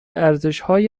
ارزشهای